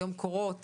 היום קורות